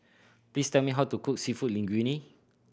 please tell me how to cook Seafood Linguine